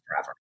forever